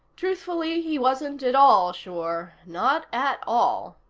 truthfully, he wasn't at all sure. not at all.